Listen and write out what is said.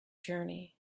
journey